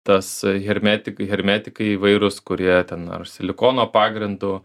tas hermetikai hermetikai įvairūs kurie ten ar silikono pagrindu